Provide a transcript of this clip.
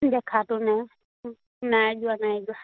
দেখাটো নাই নাই যোৱা নাই যোৱা